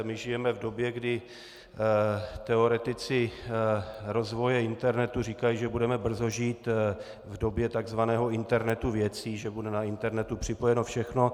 My žijeme v době, kdy teoretici rozvoje internetu říkají, že budeme brzo žít v době takzvaného internetu věcí, že bude na internetu připojeno všechno.